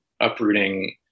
uprooting